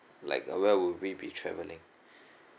like where would we be travelling